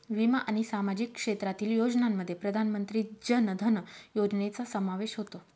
विमा आणि सामाजिक क्षेत्रातील योजनांमध्ये प्रधानमंत्री जन धन योजनेचा समावेश होतो